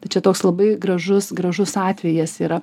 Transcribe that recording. tai čia toks labai gražus gražus atvejas yra